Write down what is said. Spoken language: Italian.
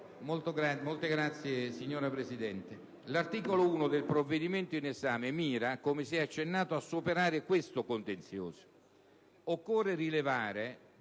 di giustizia dell'Aja. L'articolo 1 del provvedimento in esame mira, come si è accennato, a superare questo contenzioso. Occorre rilevare